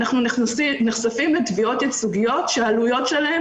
אנחנו נחשפים לתביעות ייצוגיות שהעלויות שלהן